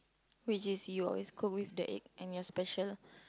which is you always cook with the egg and your special